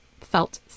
felt